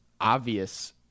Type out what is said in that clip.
obvious